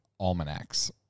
almanacs